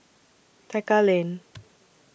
Tekka Lane